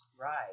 Right